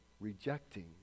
rejecting